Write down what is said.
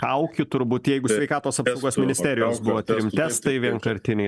kaukių turbūt jeigu sveikatos apsaugos ministerijos buvo tiriami testai vienkartiniai